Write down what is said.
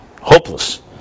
Hopeless